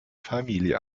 familie